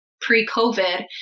pre-COVID